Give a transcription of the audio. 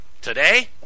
Today